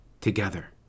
together